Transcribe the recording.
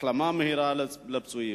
החלמה מהירה לפצועים.